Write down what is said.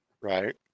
Right